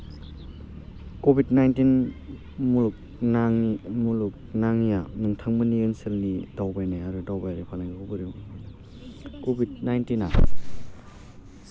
Covid nineteen मुलुगनाङि मुलुगनाङिया नोंथांमोननि ओनसोलनि दावबायनाय आरो दावबायनाय फालांगिखौ बोरै कभिड नाइन्टिना